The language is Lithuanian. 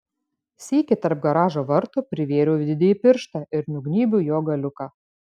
sykį tarp garažo vartų privėriau didįjį pirštą ir nugnybiau jo galiuką